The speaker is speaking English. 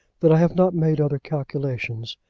that i have not made other calculations.